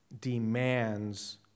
demands